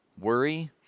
worry